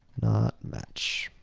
not match.